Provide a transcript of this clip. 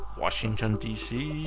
washington, d c,